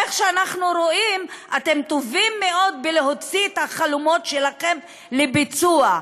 איך שאנחנו רואים את זה: אתם טובים מאוד בהוצאת החלומות שלכם לביצוע.